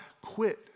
quit